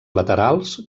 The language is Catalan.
laterals